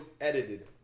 edited